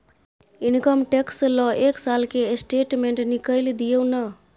Income tax ल एक साल के स्टेटमेंट निकैल दियो न?